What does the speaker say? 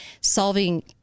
solving